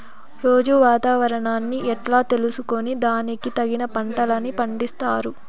రోజూ వాతావరణాన్ని ఎట్లా తెలుసుకొని దానికి తగిన పంటలని పండిస్తారు?